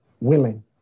willing